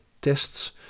Tests